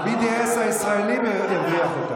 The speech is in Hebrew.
ה-BDS הישראלי הבריח אותם.